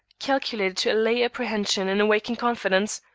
calculated to allay apprehension and awaken confidence,